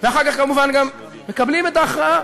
ואחר כך כמובן גם מקבלים את ההכרעה,